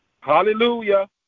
Hallelujah